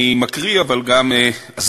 אני מקריא, אבל גם אסביר.